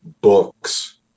books